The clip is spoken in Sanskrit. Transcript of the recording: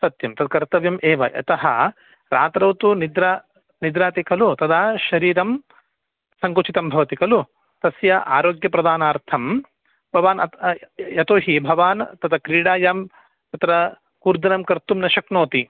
सत्यं तत्कर्तव्यं एव यतः रात्रौ तु निद्रा निद्राति खलु तदा शरीरं सङ्कुचितं भवति कलु तस्य आरोग्यप्रदानार्थं भवान् अ य यतो हि भवान् तत् क्रीडायां तत्र कूर्दनं कर्तुं न शक्नोति